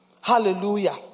Hallelujah